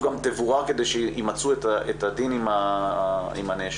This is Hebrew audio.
גם תבורר כדי שימצו את הדין עם הנאשמים.